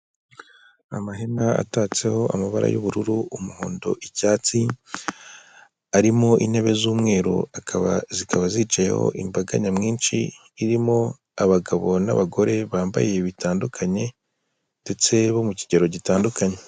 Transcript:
Amahema atatseho amabara y'ubururu, umuhondo, icyatsi; arimo intebe z'umweru zikaba zicayeho imbaga nyamwinshi; irimo abagabo n'abagore bambaye bitandukanye, ndetse bo mu kigero gitandukanye.